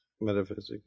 metaphysics